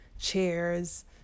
chairs